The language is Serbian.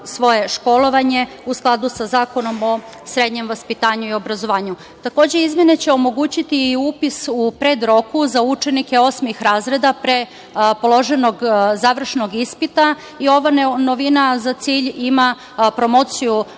svoje školovanje u skladu sa Zakonom o srednjem vaspitanju i obrazovanju. Takođe, izmene će omogućiti i upis u predroku za učenike osmih razreda pre položenog završnog ispita i ova novina za cilj ima promociju